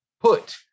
put